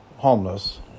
Homeless